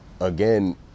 again